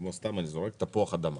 כמו תפוח אדמה